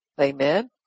Amen